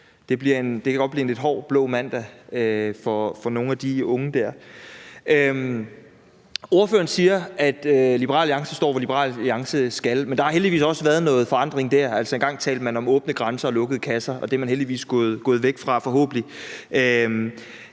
Det kan godt blive en lidt hård blå mandag for nogle af de unge der. Ordføreren siger, at Liberal Alliance står der, hvor Liberal Alliance skal, men der har heldigvis også været noget forandring der. Altså, engang talte man om åbne grænser og lukkede kasser, og det er man heldigvis gået væk fra, forhåbentlig.